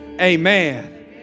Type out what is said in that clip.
amen